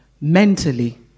Mentally